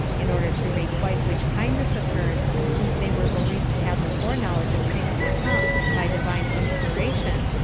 in order to requite which kindness of hers, since they were believed to have the foreknowledge of things to come by divine inspiration,